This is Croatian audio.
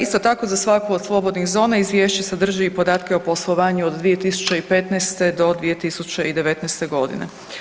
Isto tako za svaku od slobodnih zona izvješće sadrži i podatke o poslovanju od 2015. do 2019. godine.